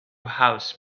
house